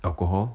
alcohol